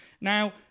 Now